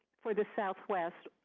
for the southwest.